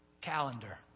calendar